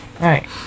right